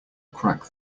crack